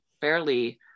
fairly